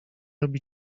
robi